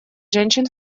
женщин